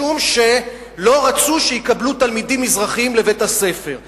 משום שלא רצו שיקבלו תלמידים מזרחיים לבית-הספר החרדי.